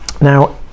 Now